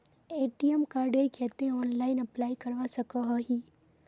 ATM कार्डेर केते online apply करवा सकोहो ही?